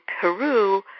Peru